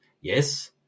Yes